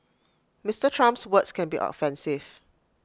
Mister Trump's words can be offensive